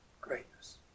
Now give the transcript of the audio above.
greatness